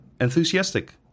enthusiastic